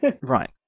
Right